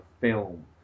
film